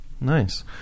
Nice